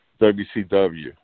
WCW